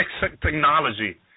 technology